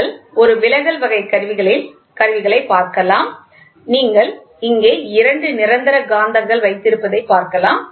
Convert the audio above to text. நீங்கள் ஒரு விலகல் வகை கருவிகளில் பார்க்கலாம் நீங்கள் இங்கே இரண்டு நிரந்தர காந்தங்கள் வைத்திருப்பதை பார்க்கலாம்